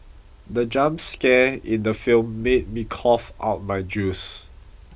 the jump scare in the film made me cough out my juice